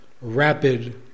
rapid